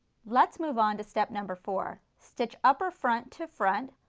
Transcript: let's move on to step number four. stitch upper front to front,